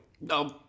No